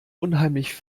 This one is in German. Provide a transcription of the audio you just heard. unheimlich